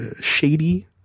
shady